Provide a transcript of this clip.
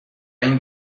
این